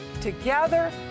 together